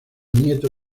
nieto